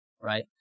right